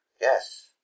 Yes